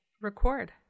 record